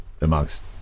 amongst